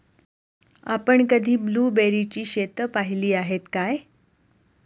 आपण कधी ब्लुबेरीची शेतं पाहीली आहेत काय?